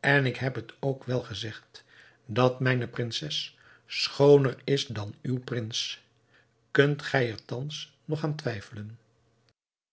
en ik heb het u ook wel gezegd dat mijne prinses schooner is dan uw prins kunt gij er thans nog aan twijfelen